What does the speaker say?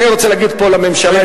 אני רוצה להגיד פה לממשלה.